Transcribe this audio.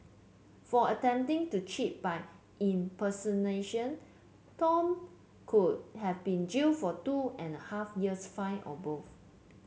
for attempting to cheat by impersonation Tan could have been jailed for two and a half years fined or both